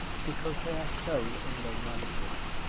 because they are so unromantic.